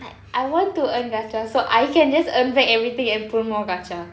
like I want to earn gacha so I can just earn back everything and pull more gacha